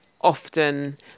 often